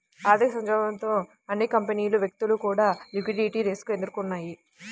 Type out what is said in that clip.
ఆర్థిక సంక్షోభంతో అన్ని కంపెనీలు, వ్యక్తులు కూడా లిక్విడిటీ రిస్క్ ఎదుర్కొన్నయ్యి